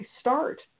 start